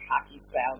hockey-style